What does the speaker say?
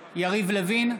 לוין,